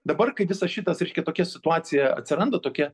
dabar kai visas šitas reiškia tokia situacija atsiranda tokia